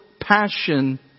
passion